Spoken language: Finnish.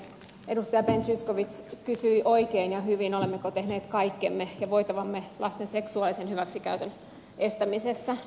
edustaja ben zyskowicz kysyi oikein ja hyvin olemmeko tehneet kaikkemme ja voitavamme lasten seksuaalisen hyväksikäytön estämisessä